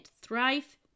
thrive